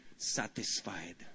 satisfied